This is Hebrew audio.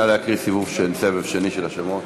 נא להקריא סבב שני של השמות.